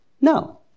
No